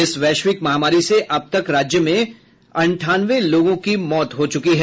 इस वैश्विक महामारी से अब तक राज्य में अंठानवे लोगों की मौत हो चूकी है